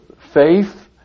Faith